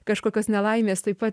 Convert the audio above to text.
kažkokios nelaimės taip pat